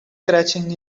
crashing